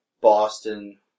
Boston